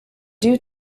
due